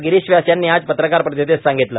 गिरीश व्यास यांनी आज पत्रकार परिषदेत सांगितले